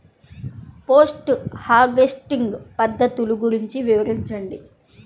Post harvesting పద్ధతులు గురించి వివరించండి?